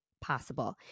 possible